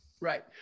Right